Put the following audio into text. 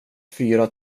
fyra